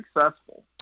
successful